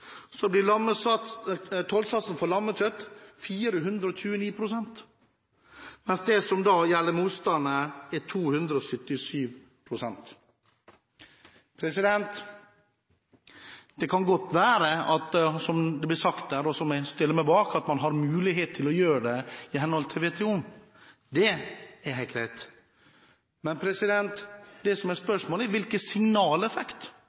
tollsatsen for lammekjøtt 429 pst, mens det som gjelder for ostene, er 277 pst. Det kan godt være – som det ble sagt her, og som jeg stiller meg bak – at man har mulighet til å gjøre det i henhold til WTO. Det er helt greit. Men det som er